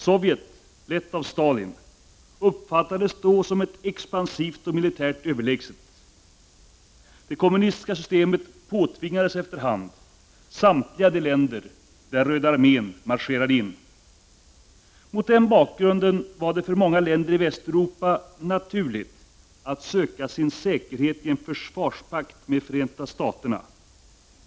Sovjet, lett av Stalin, uppfattades då som ett expansivt och militärt överlägset land. Det kommunistiska systemet påtvingades efterhand samtliga de länder där Röda armén marscherade in. Mot den bakgrunden var det för många länder i Västeuropa naturligt att söka sin säkerhet i en försvarspakt med Förenta Staterna.